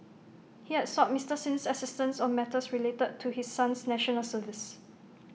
he had sought Mister Sin's assistance on matters related to his son's National Service